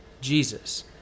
Jesus